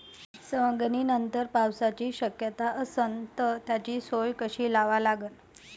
सवंगनीनंतर पावसाची शक्यता असन त त्याची सोय कशी लावा लागन?